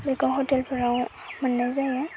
बेखौ हटेलफोराव मोन्नाय जायो